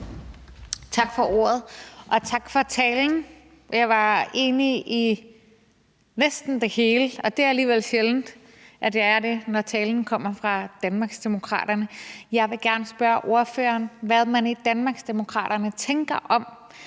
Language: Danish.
Tak for ordet, og tak for talen. Jeg var enig i næsten det hele, og det er alligevel sjældent, at jeg er det, når talen kommer fra Danmarksdemokraterne. Jeg vil gerne spørge ordføreren, hvad man i Danmarksdemokraterne tænker om,